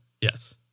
Yes